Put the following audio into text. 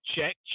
check